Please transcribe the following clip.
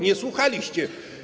Nie słuchaliście.